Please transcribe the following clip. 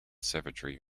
savagery